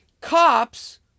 Cops